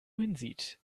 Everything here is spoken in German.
hinsieht